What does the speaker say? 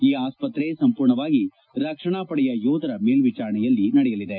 ಈ ಆಸ್ತತ್ರೆ ಸಂಪೂರ್ಣವಾಗಿ ರಕ್ಷಣಾ ಪಡೆಯ ಯೋಧರ ಮೇಲ್ಲಿಚಾರಣೆಯಲ್ಲಿ ನಡೆಯಲಿದೆ